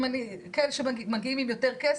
כאלה שמגיעים עם יותר כסף,